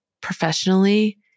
professionally